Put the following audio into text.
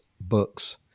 Books